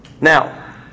Now